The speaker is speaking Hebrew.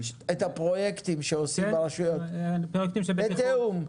את הפרויקטים שעושים ברשויות, בתיאום.